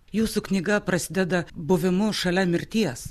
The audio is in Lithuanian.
jūsų knyga prasideda buvimu šalia mirties